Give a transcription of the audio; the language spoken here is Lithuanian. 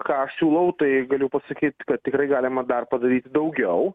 ką aš siūlau tai galiu pasakyt kad tikrai galima dar padaryti daugiau